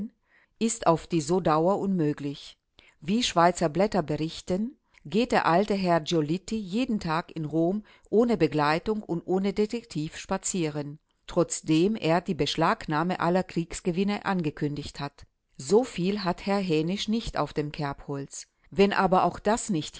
ist auf die so dauer unmöglich wie schweizer blätter berichten geht der alte herr giolitti jeden tag in rom ohne begleitung und ohne detektiv spazieren trotzdem er die beschlagnahme aller kriegsgewinne angekündigt hat soviel hat herr hänisch nicht auf dem kerbholz wenn aber auch das nicht